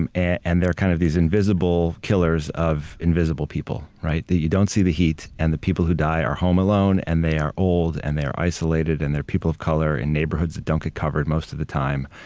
and and they're kind of these invisible killers of invisible people, right? that you don't see the heat and the people who die are home alone and they are old and they're isolated and they're people of color in neighborhoods that don't get covered most of the time.